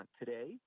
today